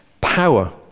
power